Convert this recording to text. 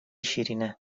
شیرینه